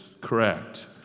correct